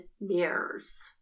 mirrors